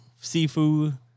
seafood